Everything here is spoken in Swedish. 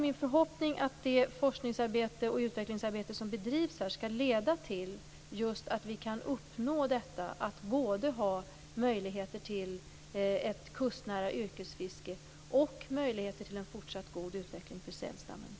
Min förhoppning är att det forsknings och utvecklingsarbete som bedrivs skall leda till att vi kan uppnå ett kustnära yrkesfiske och möjligheter till en fortsatt god utveckling för sälstammen.